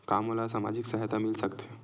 का मोला सामाजिक सहायता मिल सकथे?